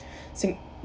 singapore